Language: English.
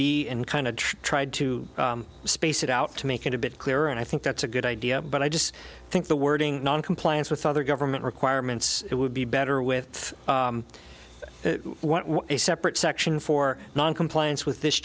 and kind of tried to space it out to make it a bit clearer and i think that's a good idea but i just think the wording noncompliance with other government requirements it would be better with a separate section for noncompliance with this